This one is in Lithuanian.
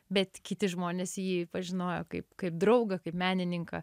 bet kiti žmonės jį pažinojo kaip kaip draugą kaip menininką